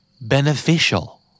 Beneficial